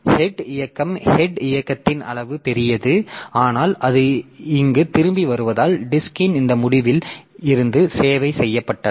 head இயக்கம் head இயக்கத்தின் அளவு பெரியது ஆனால் அது இங்கு திரும்பி வருவதால் டிஸ்க்ன் இந்த முடிவில் இருந்து சேவை செய்யப்பட்டது